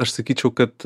aš sakyčiau kad